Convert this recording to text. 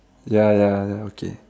ya ya ya okay